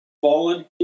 fallen